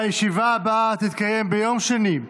הישיבה הבאה תתקיים ביום שני,